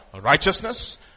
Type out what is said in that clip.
righteousness